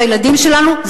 זה הילדים שלנו,